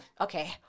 Okay